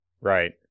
Right